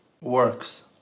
works